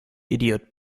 idiot